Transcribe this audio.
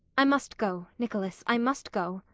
i must go, nicholas, i must go.